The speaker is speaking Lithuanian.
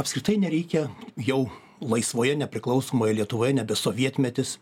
apskritai nereikia jau laisvoje nepriklausomoje lietuvoje nebe sovietmetis